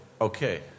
okay